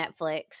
Netflix